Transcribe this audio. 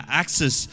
access